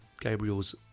Gabriel's